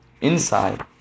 inside